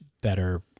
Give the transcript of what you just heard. better